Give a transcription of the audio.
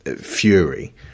fury